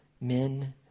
men